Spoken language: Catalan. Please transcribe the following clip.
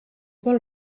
vol